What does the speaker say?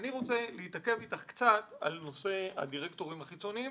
אני רוצה להתעכב איתך על נושא הדירקטורים החיצוניים,